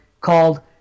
called